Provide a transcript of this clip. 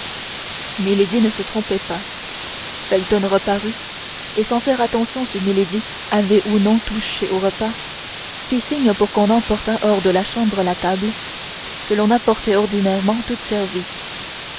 felton milady ne se trompait pas felton reparut et sans faire attention si milady avait ou non touché au repas fit un signe pour qu'on emportât hors de la chambre la table que l'on apportait ordinairement toute servie